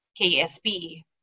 KSB